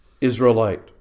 Israelite